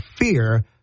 fear